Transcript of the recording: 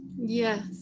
Yes